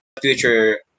Future